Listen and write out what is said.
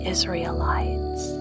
Israelites